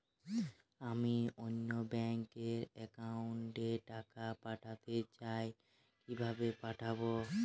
আমি অন্য ব্যাংক র অ্যাকাউন্ট এ টাকা পাঠাতে চাই কিভাবে পাঠাবো?